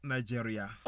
Nigeria